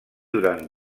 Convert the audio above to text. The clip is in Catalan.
durant